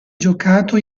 giocato